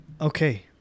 Okay